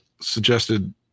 suggested